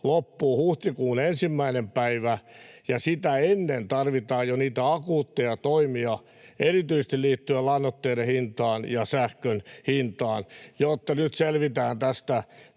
loppuu huhtikuun 1. päivä, ja jo sitä ennen tarvitaan niitä akuutteja toimia erityisesti liittyen lannoitteiden hintaan ja sähkön hintaan, jotta nyt selvitään tästä